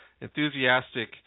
enthusiastic